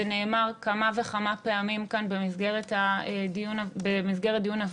זה נאמר כמה וכמה פעמים כאן במסגרת דיון הוועדה